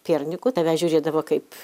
piernikų į tave žiūrėdavo kaip